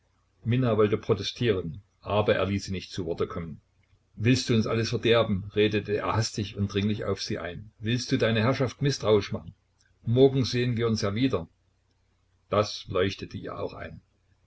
minna wollte protestieren aber er ließ sie nicht zu worte kommen willst du uns alles verderben redete er hastig und dringlich auf sie ein willst du deine herrschaft mißtrauisch machen morgen sehen wir uns ja wieder das leuchtete ihr auch ein